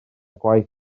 gwaith